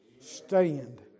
Stand